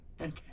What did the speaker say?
Okay